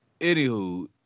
Anywho